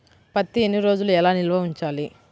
పత్తి ఎన్ని రోజులు ఎలా నిల్వ ఉంచాలి?